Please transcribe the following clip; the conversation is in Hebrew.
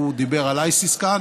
והוא דיבר על ISIS כאן,